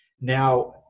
Now